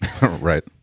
Right